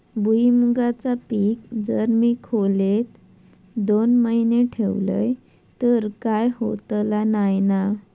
भुईमूगाचा पीक जर मी खोलेत दोन महिने ठेवलंय तर काय होतला नाय ना?